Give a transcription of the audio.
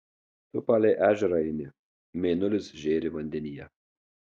tu palei ežerą eini mėnulis žėri vandenyje